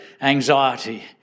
anxiety